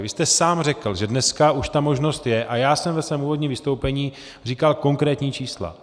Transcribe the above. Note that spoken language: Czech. Vy jste sám řekl, že dneska už ta možnost je, a já jsem ve svém úvodním vystoupení říkal konkrétní čísla.